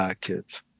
kids